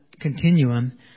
continuum